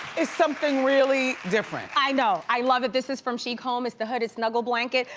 is something really different. i know, i love it, this is from chic home, it's the hooded snuggle blanket.